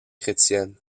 chrétienne